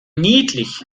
niedlich